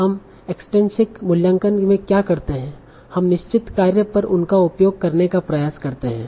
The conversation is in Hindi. हम एक्सट्रिनसिक मूल्यांकन में क्या करते हैं हम निश्चित कार्य पर उनका उपयोग करने का प्रयास करते हैं